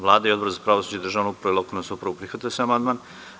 Vlada i Odbor za pravosuđe, državnu upravu i lokalnu samoupravu prihvatili su amandman.